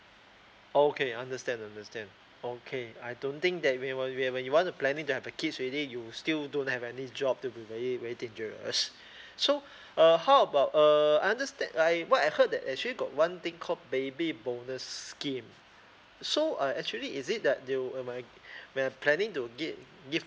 okay understand understand okay uh I don't think that we were we have a we wanna planning to have a kids already you still don't have any job to be very very dangerous so uh how about err I understand I what I heard that actually got one thing called baby bonus scheme so uh actually is it that they will uh my when I'm planning to give give